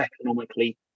economically